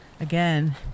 again